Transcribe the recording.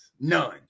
None